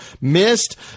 missed